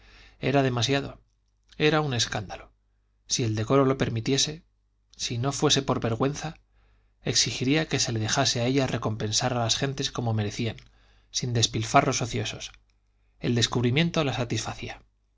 era demasiado era un escándalo si el decoro lo permitiese si no fuese por vergüenza exigiría que se le dejase a ella recompensar a las gentes como merecían sin despilfarros ociosos el descubrimiento la